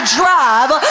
drive